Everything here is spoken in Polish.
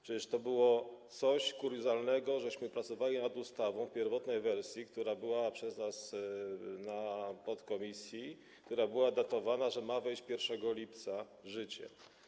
Przecież to było coś kuriozalnego, żeśmy pracowali nad ustawą w pierwotnej wersji, która była przez nas procedowana w podkomisji, która była datowana tak, że miała wejść 1 lipca w życie.